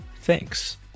Thanks